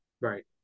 Right